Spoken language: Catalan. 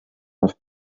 els